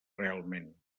realment